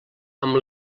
amb